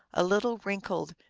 a little wrinkled,